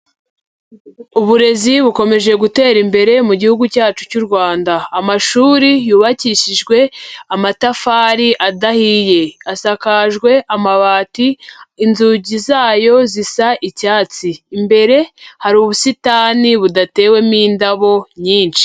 Uburezi bukomeje gutera imbere mu gihugu cyacu cy'u Rwanda, amashuri yubakishijwe amatafari adahiye, asakajwe amabati, inzugi zayo zisa icyatsi, imbere hari ubusitani budatewemo indabo nyinshi.